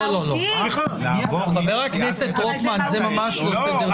ח"כ רוטמן, זה ממש לא סדר דין.